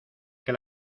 que